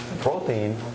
protein